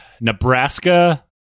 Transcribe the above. Nebraska